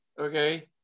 okay